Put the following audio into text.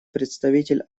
представитель